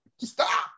Stop